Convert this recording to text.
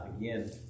again